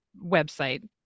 website